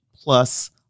plus